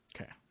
Okay